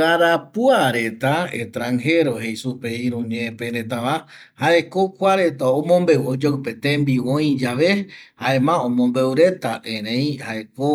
Karapua reta extranjero jei supe iru ñepe retava jaeko kua reta omombeu oyoƚpe tembiu öi yave jaema omombeu reta erei jaeko